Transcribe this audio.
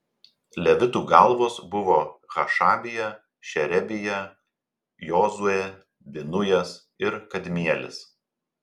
levitų galvos buvo hašabija šerebija jozuė binujas ir kadmielis